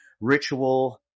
ritual